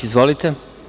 Izvolite.